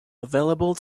available